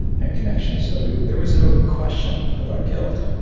and connections. so there was no question about guilt.